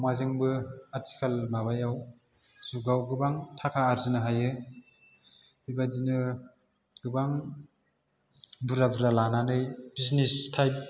अमाजोंबो आथिखाल माबायाव जुगाव गोबां थाखा आरजिनो हायो बेबायदिनो गोबां बुरजा बुरजा लानानै बिजिनेस थाइप